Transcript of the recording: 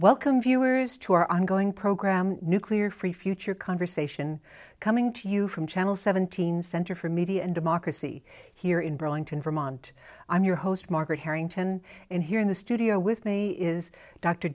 welcome viewers to our ongoing program nuclear free future conversation coming to you from channel seventeen center for media and democracy here in burlington vermont i'm your host margaret harrington and here in the studio with me is d